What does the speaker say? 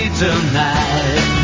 tonight